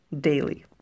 daily